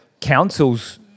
councils